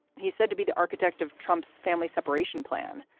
he said, to be the architect of trump's family separation plan.